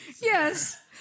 yes